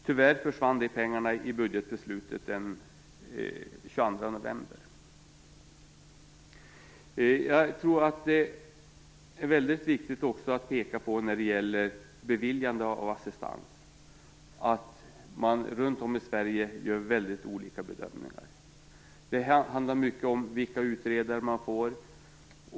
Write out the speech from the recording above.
Tyvärr försvann de pengarna i budgetbeslutet den 22 november. När det gäller beviljande av assistans tror jag att det är viktigt att peka på att man runt om i Sverige gör väldigt olika bedömningar. Det handlar mycket om vilka utredare man får.